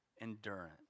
endurance